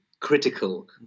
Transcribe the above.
Critical